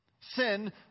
Sin